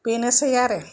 बेनोसै आरो